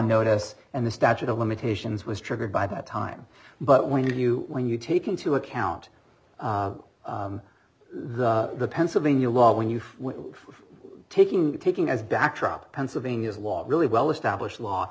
notice and the statute of limitations was triggered by that time but when you when you take into account the pennsylvania law when you taking taking as backdrop pennsylvania's law really well established law